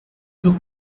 took